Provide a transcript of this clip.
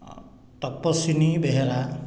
Tapaswini Behera